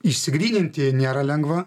išsigryninti nėra lengva